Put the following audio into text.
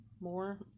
more